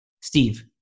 Steve